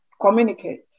Communicate